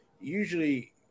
usually